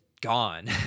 gone